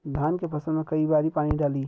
धान के फसल मे कई बारी पानी डाली?